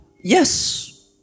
Yes